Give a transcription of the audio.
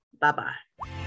Bye-bye